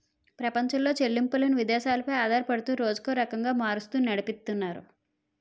ప్రపంచంలో చెల్లింపులను విదేశాలు పై ఆధారపడుతూ రోజుకో రకంగా మారుస్తూ నడిపితున్నారు